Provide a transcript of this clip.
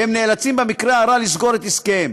והם נאלצים במקרה הרע לסגור את עסקיהם,